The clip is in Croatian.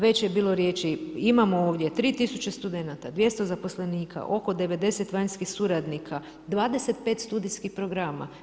Već je bilo riječi, imamo ovdje 3 000 studenata, 200 zaposlenika, oko 90 vanjskih suradnika, 25 studijskih programa.